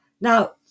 Now